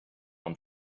own